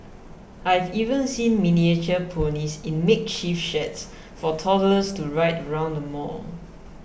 I've even seen miniature ponies in makeshift sheds for toddlers to ride around the mall